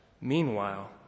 Meanwhile